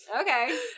Okay